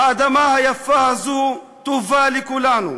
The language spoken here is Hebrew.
האדמה היפה הזו טובה לכולנו,